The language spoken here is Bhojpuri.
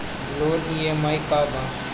लोन ई.एम.आई का बा?